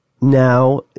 now